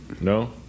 No